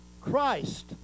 Christ